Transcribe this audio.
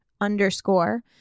underscore